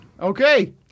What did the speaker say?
Okay